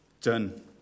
done